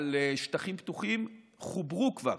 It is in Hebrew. על שטחים פתוחים, חוברו כבר.